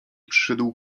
przyszedł